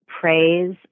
praise